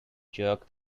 jerk